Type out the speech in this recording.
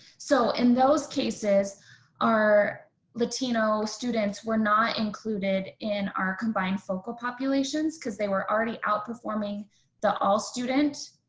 so in those cases our latino students were not included in our combined focal populations, because they were already outperforming the all student.